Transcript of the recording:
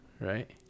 Right